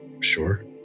Sure